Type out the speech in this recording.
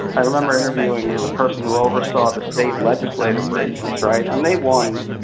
i remember interviewing the person who oversaw the state legislative races, right? and they won,